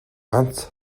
ганц